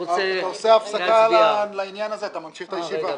אתה עושה הפסקה לעניין הזה, אתה ממשיך את הישיבה.